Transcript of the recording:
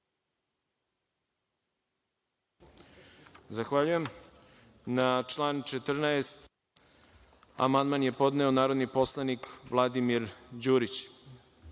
Zahvaljujem. Na član 19. amandman je podneo narodni poslanik Vladimir Đurić. Reč